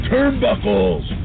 Turnbuckles